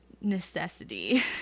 necessity